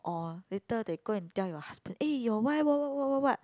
or later they go and tell your husband eh your wife what what what what what